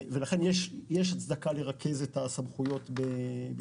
ולכן יש הצדקה לרכז את הסמכויות במשרד החקלאות.